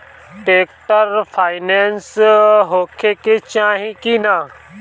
Tractor पाईनेस होखे के चाही कि ना?